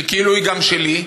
שכאילו היא גם שלי,